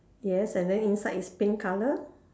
yes and then inside is pink colour